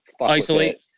isolate